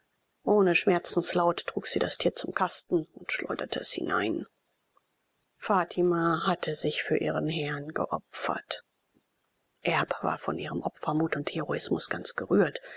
ohne schmerzenslaut trug sie das tier zum kasten und schleuderte es hinein fatima hatte sich für ihren herrn geopfert erb war von ihrem opfermut und heroismus ganz gerührt